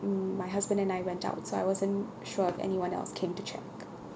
mm my husband and I went out so I wasn't sure if anyone else came to check